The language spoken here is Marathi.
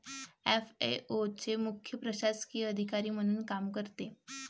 एफ.ए.ओ चे मुख्य प्रशासकीय अधिकारी म्हणून काम करते